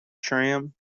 tram